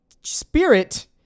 spirit